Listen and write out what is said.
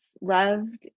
loved